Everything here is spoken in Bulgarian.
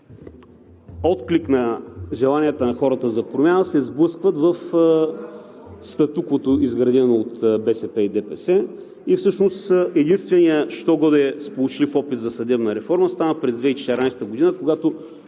отклик на желанията на хората за промяна се сблъскват в статуквото, изградено от БСП и ДПС. Всъщност единственият що годе сполучлив опит за съдебна реформа стана през 2014 г., когато